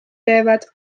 teevad